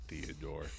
Theodore